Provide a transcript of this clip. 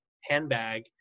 handbag